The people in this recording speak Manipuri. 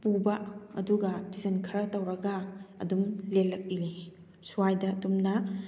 ꯄꯨꯕꯥ ꯑꯗꯨꯒ ꯇꯨꯏꯁꯟ ꯈꯔ ꯇꯧꯔꯒ ꯑꯗꯨꯝ ꯂꯦꯜꯂꯛꯂꯤ ꯁ꯭ꯋꯥꯏꯗ ꯑꯗꯨꯝꯅ